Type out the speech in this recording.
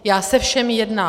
Já se všemi jednám.